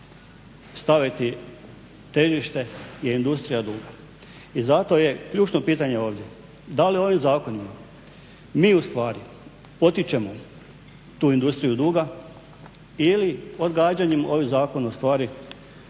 staviti težište je industrija duga. I zato je ključno pitanje ovdje da li ovim zakonima mi ustvari potičemo tu industriju duga ili odgađanjem ovih zakona ustvari